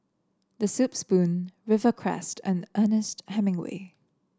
The Soup Spoon Rivercrest and Ernest Hemingway